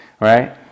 Right